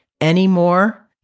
Anymore